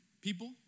people